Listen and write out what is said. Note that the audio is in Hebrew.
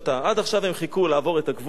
עד עכשיו הם חיכו לעבור את הגבול,